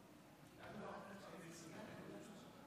אנחנו תכף נעבור להצבעה,